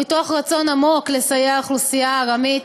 ומתוך רצון עמוק לסייע לאוכלוסייה הארמית,